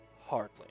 Hardly